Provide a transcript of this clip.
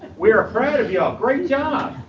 we are proud of you. great job.